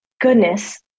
goodness